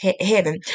heaven